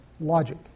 logic